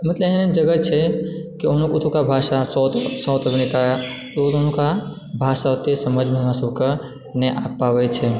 बहुत एहन एहन जगह छै केहनो ओतुका भाषा साऊथमे तऽ ओतुका भाषा ओते हमरा सबके समझमे नहि आ पाबै छै